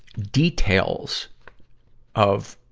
details of,